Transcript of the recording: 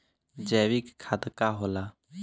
जैवीक खाद का होला?